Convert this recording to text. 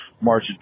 March